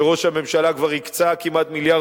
וראש הממשלה כבר הקצה כמעט מיליארד